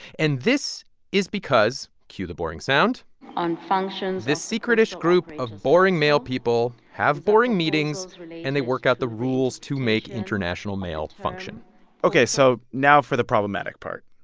and this is because cue the boring sound on functions. this secret-ish group of boring mail people have boring meetings, and they work out the rules to make international mail function ok. so now for the problematic part.